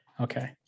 Okay